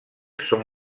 són